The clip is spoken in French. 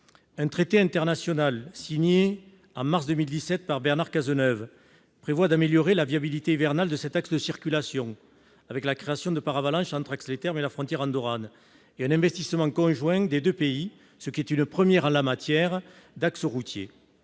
Un traité international, signé en mars 2017 par Bernard Cazeneuve, prévoit d'améliorer la viabilité hivernale de cet axe de circulation avec la création de paravalanches entre Ax-les-Thermes et la frontière andorrane et un investissement conjoint des deux pays, ce qui est une première en matière d'axe routier.